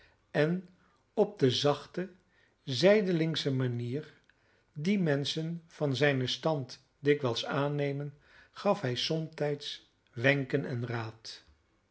en op de zachte zijdelingsche manier die menschen van zijnen stand dikwijls aannemen gaf hij somtijds wenken en raad